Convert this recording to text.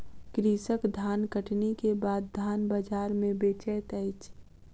कृषक धानकटनी के बाद धान बजार में बेचैत अछि